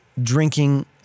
drinking